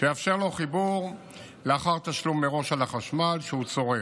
שיאפשר לו חיבור לאחר תשלום מראש על החשמל שהוא צורך.